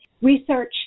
research